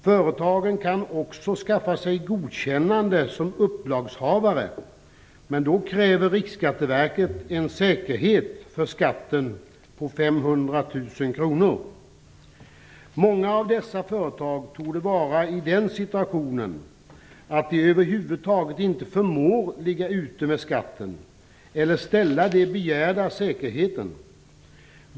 Företagen kan också skaffa sig godkännande som upplagshavare, men då kräver Riksskatteverket en säkerhet för skatten på 500 000 kr. Många av dessa företag torde vara i den situationen att de över huvud taget inte förmår ligga ute med skatten eller ställa upp med den begärda säkerheten.